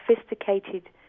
sophisticated